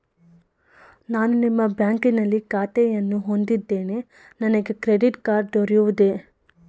ನಾನು ನಿಮ್ಮ ಬ್ಯಾಂಕಿನಲ್ಲಿ ಖಾತೆಯನ್ನು ಹೊಂದಿದ್ದೇನೆ ನನಗೆ ಕ್ರೆಡಿಟ್ ಕಾರ್ಡ್ ದೊರೆಯುವುದೇ?